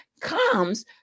comes